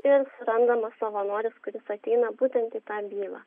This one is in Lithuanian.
ir randamas savanoris kuris ateina būtent į tą bylą